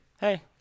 hey